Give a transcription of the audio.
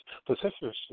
specifically